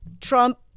Trump